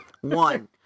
one